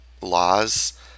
laws